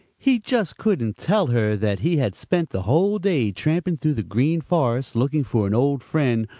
he just couldn't tell her that he had spent the whole day tramping through the green forest looking for an old friend,